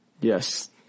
Yes